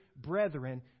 brethren